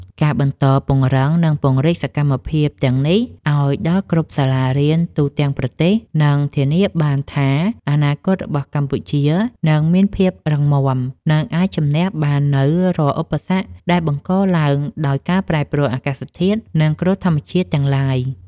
ការបន្តពង្រឹង និងពង្រីកសកម្មភាពទាំងនេះឱ្យដល់គ្រប់សាលារៀនទូទាំងប្រទេស នឹងធានាបានថាអនាគតរបស់កម្ពុជានឹងមានភាពរឹងមាំ និងអាចជម្នះបាននូវរាល់ឧបសគ្គដែលបង្កឡើងដោយការប្រែប្រួលអាកាសធាតុ និងគ្រោះធម្មជាតិទាំងឡាយ។